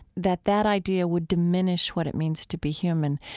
that that idea would diminish what it means to be human.